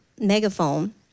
megaphone